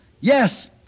Yes